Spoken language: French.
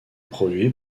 produit